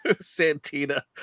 Santina